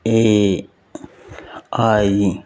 A I